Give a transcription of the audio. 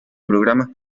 programa